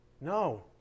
No